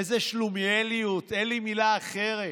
איזו שלומיאליות, אין לי מילה אחרת.